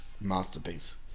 masterpiece